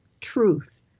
truth